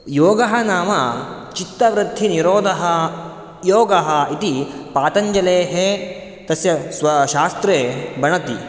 योगः नाम चित्तवृत्तिनिरोधः योगः इति पातञ्जलेः तस्य स्वशास्त्रे भणति